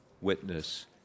witness